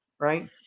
right